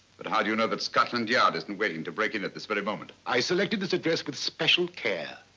but how do you know and that scotland yard isn't waiting to break in at this very moment? i selected this address with special care.